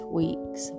weeks